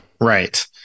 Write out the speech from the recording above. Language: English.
Right